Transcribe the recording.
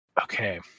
okay